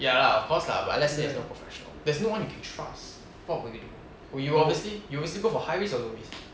ya lah of course lah but let's say there's no professional there's no one you can trust what would you do would you obviously you obviously go for high risk or low risk